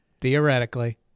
theoretically